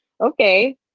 okay